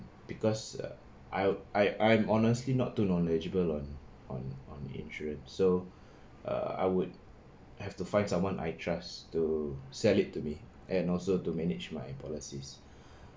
because uh I I'm honestly not too knowledgeable on on on the insurance so uh I would have to find someone I trust to sell it to me and also to manage my policies